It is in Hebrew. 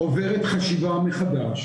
עוברת חשיבה מחדש